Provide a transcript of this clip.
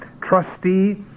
trustee